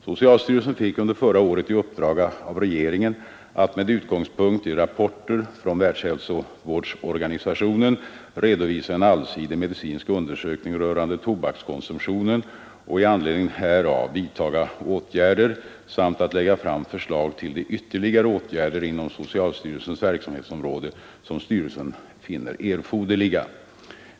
Socialstyrelsen fick under förra året i uppdrag av regeringen att med utgångspunkt i rapporter från Världshälsovårdsorganisationen redovisa en allsidig medicinsk undersökning rörande tobakskonsumtionen och i anledning härav vidtagna åt ytterligare åt rder samt att lägga fram förslag till de sen finner erforderliga.